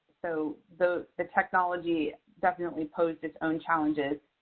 so those, the technology definitely posed its own challenges.